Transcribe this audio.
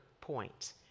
point